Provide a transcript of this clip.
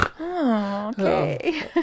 Okay